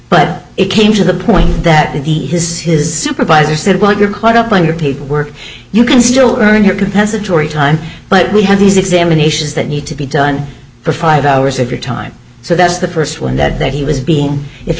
but it came to the point that if he has his supervisor said well you're caught up on your paperwork you can still earn your compensatory time but we have these examinations that need to be done for five hours of your time so that's the first one that he was being if he